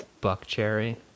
Buckcherry